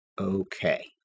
Okay